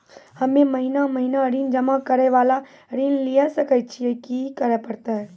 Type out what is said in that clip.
हम्मे महीना महीना ऋण जमा करे वाला ऋण लिये सकय छियै, की करे परतै?